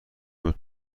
میاد